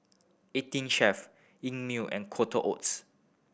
Eighteen Chef Einmilk and Quaker Oats